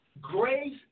Grace